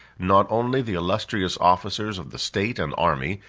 not only the illustrious officers of the state and army,